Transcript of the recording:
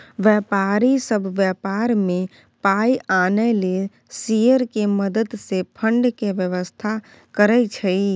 व्यापारी सब व्यापार में पाइ आनय लेल शेयर के मदद से फंड के व्यवस्था करइ छइ